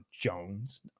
jones